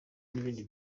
n’ibindi